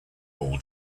all